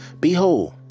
behold